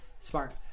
Smart